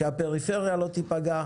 שהפריפריה לא תיפגע.